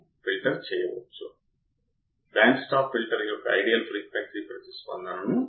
ఎందుకంటే నేను దీనిని గ్రౌండ్ చేసాను ఇన్పుట్ వద్ద వోల్టేజ్ లేదు అవుట్పుట్ వద్ద వోల్టేజ్ సున్నా ఉండాలి